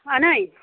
आनै